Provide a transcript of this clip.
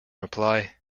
reply